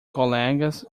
colegas